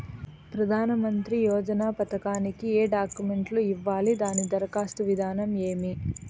ప్రధానమంత్రి యోజన పథకానికి ఏ డాక్యుమెంట్లు ఇవ్వాలి దాని దరఖాస్తు విధానం ఏమి